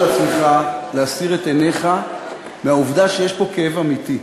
אתה יכול להרשות לעצמך להסיר את עיניך מהעובדה שיש פה כאב אמיתי.